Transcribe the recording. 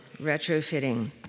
retrofitting